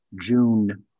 June